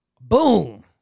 Boom